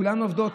כולן עובדות,